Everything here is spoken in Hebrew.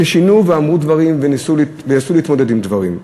ששינו ואמרו דברים וניסו להתמודד עם דברים.